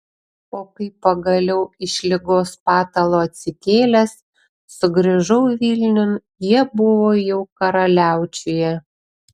o kai pagaliau iš ligos patalo atsikėlęs sugrįžau vilniun jie buvo jau karaliaučiuje